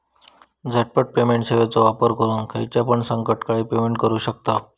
झटपट पेमेंट सेवाचो वापर करून खायच्यापण संकटकाळी पेमेंट करू शकतांव